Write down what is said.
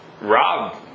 Rob